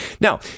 Now